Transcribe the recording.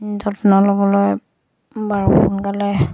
যত্ন ল'বলৈ বাৰু সোনকালে